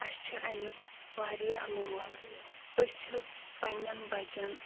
اَسہِ چھِ اَمیُک واریاہ لول أسۍ چھِ پنٛنٮ۪ن بَچَن